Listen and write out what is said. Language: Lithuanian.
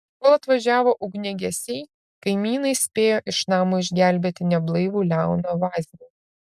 kol atvažiavo ugniagesiai kaimynai spėjo iš namo išgelbėti neblaivų leoną vaznį